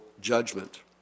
judgment